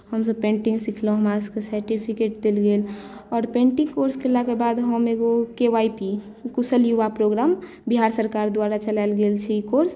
हमसब पेंटिंग सिखलहुँ हमरासभके सर्टिफिकेट देल गेल आओर पेंटिंग कोर्स केलाके बाद हम एगो के वाई पी कुशल युवा प्रोग्राम बिहार सरकार द्वारा चलायल गेल छै ई कोर्स